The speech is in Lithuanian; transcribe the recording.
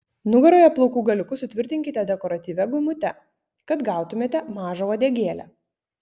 nugaroje plaukų galiukus sutvirtinkite dekoratyvia gumute kad gautumėte mažą uodegėlę